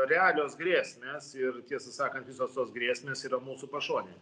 realios grėsmės ir tiesą sakant visos tos grėsmės yra mūsų pašonėje